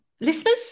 listeners